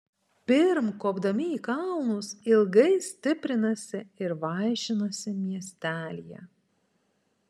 pirm kopdami į kalnus ilgai stiprinasi ir vaišinasi miestelyje